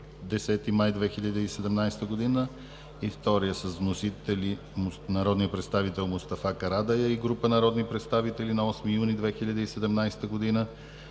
Мустафа Карадайъ